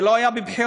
זה לא היה מבחירה,